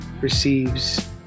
receives